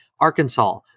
Arkansas